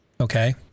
okay